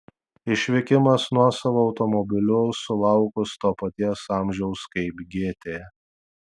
išvykimas nuosavu automobiliu sulaukus to paties amžiaus kaip gėtė